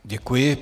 Děkuji.